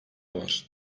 var